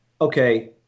okay